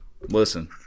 Listen